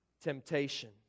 temptation